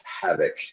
havoc